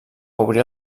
obrir